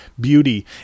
Beauty